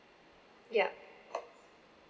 yup